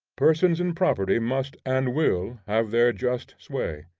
persons and property must and will have their just sway.